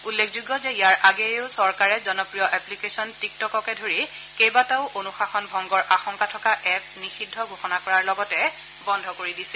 উল্লেখযোগ্য যে ইয়াৰ আগেয়েও চৰকাৰে জনপ্ৰিয় এপ্লিকেছন টিকটককে ধৰি কেইবাটাও অনুশাসন ভংগৰ আশংকা থকা এপ নিষিদ্ধ ঘোষণা কৰাৰ লগতে বন্ধ কৰি দিছিল